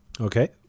Okay